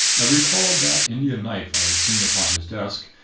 i recalled that indian knife i had seen upon his desk,